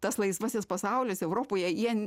tas laisvasis pasaulis europoje jie